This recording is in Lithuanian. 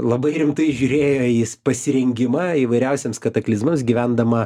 labai rimtai žiūrėjo į s pasirengimą įvairiausiems kataklizmams gyvendama